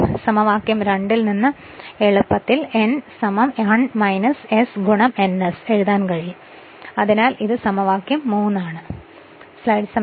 അതിനാൽ സമവാക്യം 2 ൽ നിന്ന് എളുപ്പത്തിൽ n 1 s n s എഴുതാൻ കഴിയും അതിനാൽ ഇത് സമവാക്യം 3 ആണ്